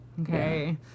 Okay